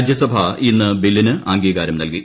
രാജ്യസഭ ഇന്ന് ബില്ലിന് അംഗീകാരം നൽകി